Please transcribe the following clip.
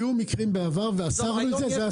היו מקרים בעבר ואסרתי את זה.